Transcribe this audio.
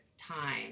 time